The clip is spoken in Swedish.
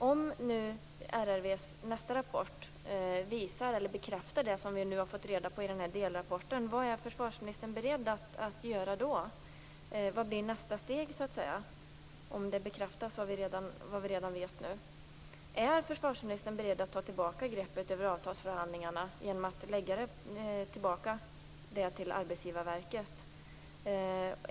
Om nu RRV:s nästa rapport visar eller bekräftar det som vi nu har fått reda på i den här delrapporten, vad är försvarsministern beredd att göra då? Vad blir nästa steg om det bekräftas vad vi redan vet nu? Är försvarsministern beredd att ta tillbaka greppet över avtalsförhandlingarna genom att åter lägga dem på Arbetsgivarverket?